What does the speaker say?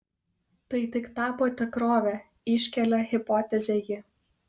tai tik tapo tikrove iškelia hipotezę ji